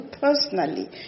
personally